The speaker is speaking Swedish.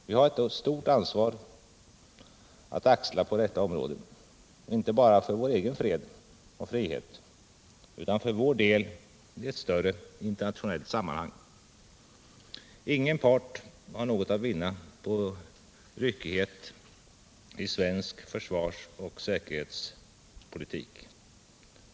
Vi har ett stort ansvar att axla på detta område — inte bara för vår egen fred och frihet utan för vår del i ett större internationellt sammanhang. Ingen part har något att vinna på ryckighet i svensk försvarsoch säkerhetspolitik.